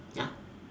ya